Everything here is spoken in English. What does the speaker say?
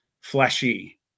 fleshy